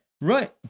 Right